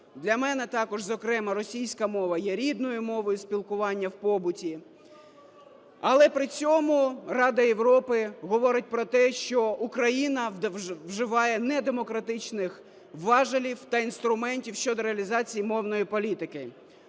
Для мене також зокрема російська мова є рідною мовою спілкування в побуті. Але при цьому Рада Європи говорить про те, що Україна вживає недемократичних важелів та інструментів щодо реалізації мовної політики.